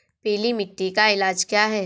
पीली मिट्टी का इलाज क्या है?